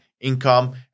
income